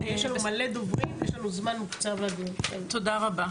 תודה רבה.